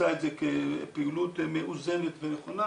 מצא את זה כפעילות מאוזנת ונכונה,